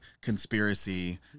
conspiracy